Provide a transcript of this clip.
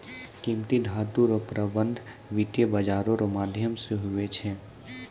कीमती धातू रो प्रबन्ध वित्त बाजारो रो माध्यम से हुवै छै